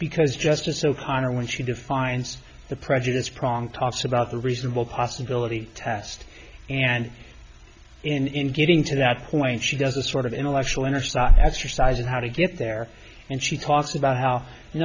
because justice o'connor when she defines the prejudice prong talks about the reasonable possibility test and in getting to that point she does a sort of intellectual exercise exercise in how to get there and she talks about how you